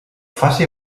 faci